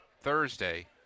Thursday